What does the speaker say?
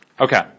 Okay